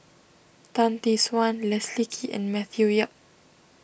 Tan Tee Suan Leslie Kee and Matthew Yap